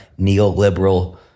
neoliberal